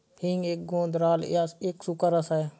हींग एक गोंद राल या एक सूखा रस है